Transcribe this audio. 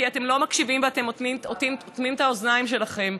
כי אתם לא מקשיבים ואתם אוטמים את האוזניים שלכם.